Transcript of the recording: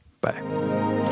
Bye